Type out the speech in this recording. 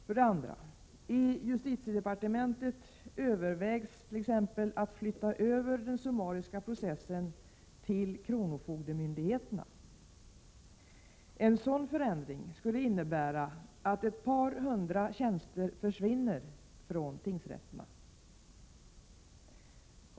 För det andra så övervägs i justitiedepartementet att t.ex. flytta över den summariska processen till kronofogdemyndigheterna. En sådan förändring skulle innebära att ett par hundra tjänster försvinner från tingsrätterna.